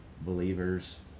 believers